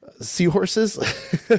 Seahorses